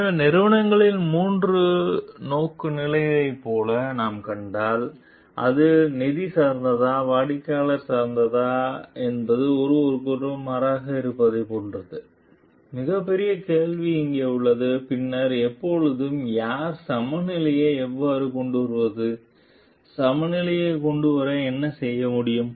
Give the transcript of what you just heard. எனவே நிறுவனங்களின் மூன்று நோக்குநிலைகளைப் போல நாம் கண்டால் அது நிதி சார்ந்ததா வாடிக்கையாளர் சார்ந்ததா என்பது ஒருவருக்கொருவர் மாறாக இருப்பதைப் போன்றது மிகப்பெரிய கேள்வி இங்கே உள்ளது பின்னர் எப்போது யார் சமநிலையை எவ்வாறு கொண்டு வருவது சமநிலையைக் கொண்டுவர என்ன செய்ய முடியும்